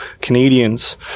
Canadians